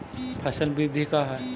फसल वृद्धि का है?